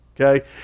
okay